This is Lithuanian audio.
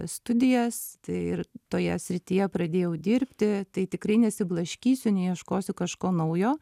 studijas tai ir toje srityje pradėjau dirbti tai tikrai nesiblaškysiu neieškosiu kažko naujo